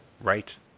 Right